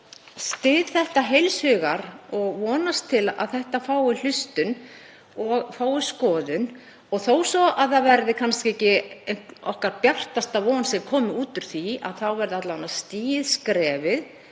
frumvarpið heils hugar og vonast til að málið fái hlustun og skoðun. Og þó svo að það verði kannski ekki okkar bjartasta von sem komi út úr því þá verði alla vega stigið